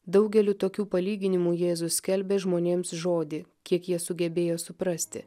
daugeliu tokių palyginimų jėzus skelbė žmonėms žodį kiek jie sugebėjo suprasti